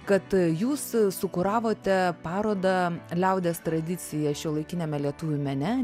kad jūs kuravote parodą liaudies tradicija šiuolaikiniame lietuvių mene